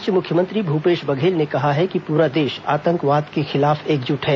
इस बीच मुख्यमंत्री भूपेश बघेल ने कहा है कि पूरा देश आतंकवाद के खिलाफ एकजुट है